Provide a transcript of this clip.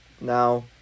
now